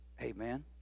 Amen